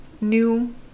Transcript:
new